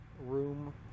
room